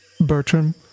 Bertram